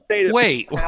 wait